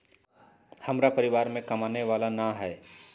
हमरा परिवार में कमाने वाला ना है?